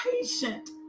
patient